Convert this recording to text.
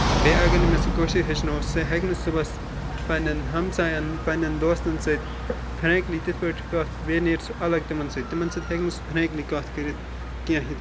بیٚیہِ اَگَر نہٕ مےٚ سُہ کٲشُر ہیٚچھنو سُہ ہیٚکہِ نہٕ صُبحس پَننٮ۪ن ہَمسایَن پَننٮ۪ن دوستَن سۭتۍ فرینٛکلی تِتھ پٲٹھۍ کَتھ بیٚیہِ نیرِ سُہ اَلَگ تِمَن سۭتۍ تِمَن سۭتۍ ہیٚکہِ نہٕ سُہ فرینٛکلی کتھ کٔرِتھ کینٛہہ